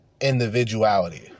individuality